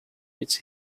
its